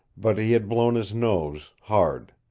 but he had blown his nose hard.